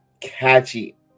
catchy